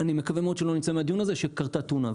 אני מקווה מאוד שלא נצא מהדיון הזה ונשמע שקרתה תאונה.